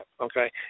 okay